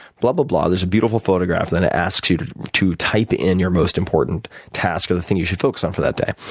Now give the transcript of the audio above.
blah, blah, blah. there's a beautiful photograph. then it asks you to to type in your most important task or the thing you should focus on for that day.